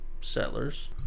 settlers